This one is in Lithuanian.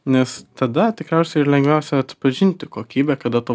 nes tada tikriausia ir lengviausia atpažinti kokybę kada tu